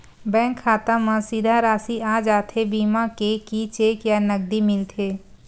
Bank खाता मा सीधा राशि आ जाथे बीमा के कि चेक या नकदी मिलथे?